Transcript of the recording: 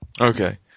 Okay